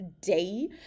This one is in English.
day